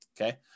Okay